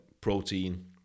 protein